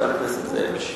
חבר הכנסת זאב.